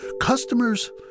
customers